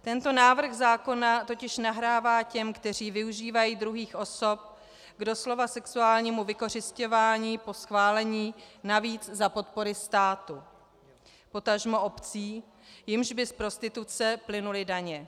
Tento návrh zákona totiž nahrává těm, kteří využívají druhých osob k doslova sexuálnímu vykořisťování, po schválení, navíc za podpory státu, potažmo obcí, jimž by z prostituce plynuly daně.